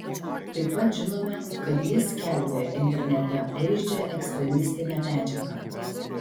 taip pat žinome kad jis skelbė internete vaizdžią ekstremistinę medžiagą